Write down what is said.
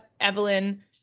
Evelyn